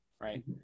right